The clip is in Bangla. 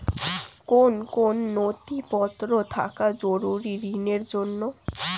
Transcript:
কোন কোন নথিপত্র থাকা জরুরি ঋণের জন্য?